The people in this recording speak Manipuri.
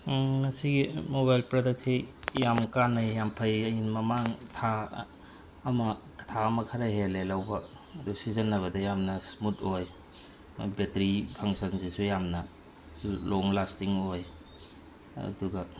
ꯉꯁꯤꯒꯤ ꯃꯣꯕꯥꯏꯜ ꯄ꯭ꯔꯗꯛꯁꯤ ꯌꯥꯝ ꯀꯥꯟꯅꯩ ꯌꯥꯝ ꯐꯩ ꯑꯩ ꯃꯃꯥꯡ ꯊꯥ ꯑꯃ ꯊꯥ ꯑꯃ ꯈꯔ ꯍꯦꯜꯂꯦ ꯂꯧꯕ ꯑꯗꯨ ꯁꯤꯖꯤꯟꯅꯕꯗ ꯌꯥꯝꯅ ꯁ꯭ꯃꯨꯠ ꯑꯣꯏ ꯕꯦꯇ꯭ꯔꯤ ꯐꯪꯁꯟꯁꯤꯁꯨ ꯌꯥꯝꯅ ꯂꯣꯡ ꯂꯥꯁꯇꯤꯡ ꯑꯣꯏ ꯑꯗꯨꯒ